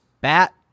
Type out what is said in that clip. Bat